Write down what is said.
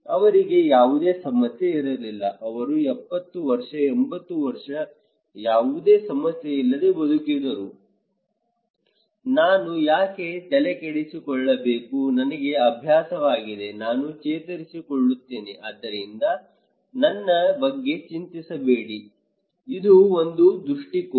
ಅವರಿಗೆ ಯಾವುದೇ ಸಮಸ್ಯೆ ಇರಲಿಲ್ಲ ಅವರು 70 ವರ್ಷ 80 ವರ್ಷ ಯಾವುದೇ ಸಮಸ್ಯೆಯಿಲ್ಲದೆ ಬದುಕಿದರು ನಾನು ಯಾಕೆ ತಲೆಕೆಡಿಸಿಕೊಳ್ಳಬೇಕು ನನಗೆ ಅಭ್ಯಾಸವಾಗಿದೆ ನಾನು ಚೇತರಿಸಿಕೊಳ್ಳುತ್ತೇನೆ ಆದ್ದರಿಂದ ನನ್ನ ಬಗ್ಗೆ ಚಿಂತಿಸಬೇಡಿ ಇದು ಒಂದು ದೃಷ್ಟಿಕೋನ